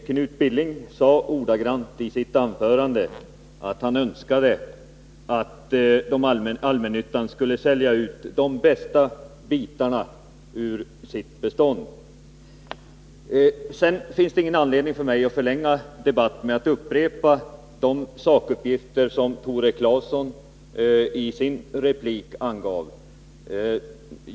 Herr talman! Knut Billing sade i sitt anförande att han önskade att allmännyttan skulle sälja ut de bästa bitarna av sitt bestånd. Det finns ingen anledning för mig att förlänga debatten genom att upprepa de sakuppgifter som Tore Claeson lämnade i sin replik.